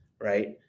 Right